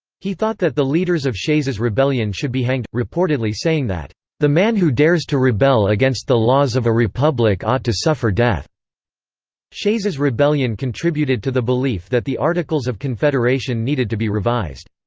he thought that the leaders of shays's rebellion should be hanged, reportedly saying that the man who dares to rebel against the laws of a republic ought to suffer death shays's rebellion contributed to the belief that the articles of confederation needed to be revised.